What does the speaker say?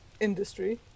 industry